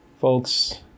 folks